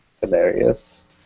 hilarious